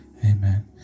amen